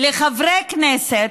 לחברי הכנסת,